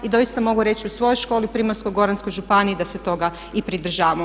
I doista mogu reći u svojoj školi, Primorsko-goranskoj županiji da se toga i pridržavamo.